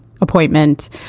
Appointment